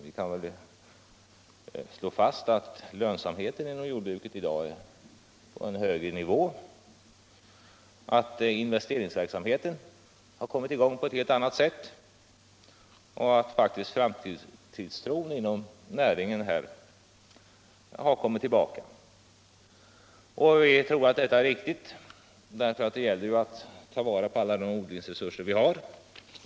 Vi kan slå fast att lönsamheten inom jordbruket i dag ligger på en högre nivå, att investeringsverksamheten har kommit i gång på ett helt annat sätt nu och att framtidstron inom denna näring faktiskt har kommit tillbaka. Vi tror att detta är viktigt, eftersom det gäller att ta vara på alla de odlingsresurser som vi har.